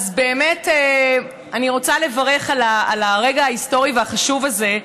אז באמת אני רוצה לברך על הרגע ההיסטורי והחשוב הזה,